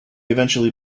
eventually